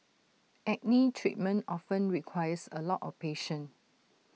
acne treatment often requires A lot of patience